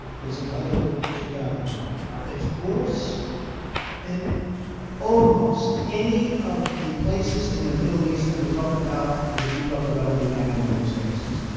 there's another chicago that's worse than almost any of the places in and the middle east that we talk about, and that you talk about every night on the newscasts.